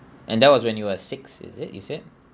and that was when you were six is it you said